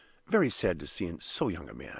very sad to see in so young a man.